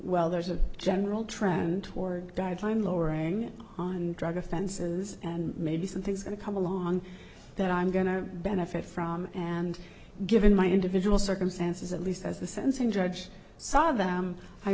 well there's a general trend toward guideline lowering drug offenses and maybe something's going to come along that i'm going to benefit from and given my individual circumstances at least as the sentencing judge saw them i